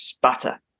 butter